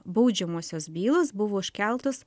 baudžiamosios bylos buvo iškeltos